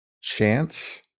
chance